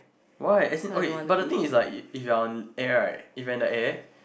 why as in okay but the thing is like if you are on air right if you are in the air